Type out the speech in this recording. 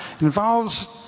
involves